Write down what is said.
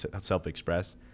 self-express